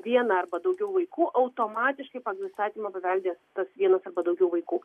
vieną arba daugiau vaikų automatiškai pagal įstatymą paveldi tas vienas arba daugiau vaikų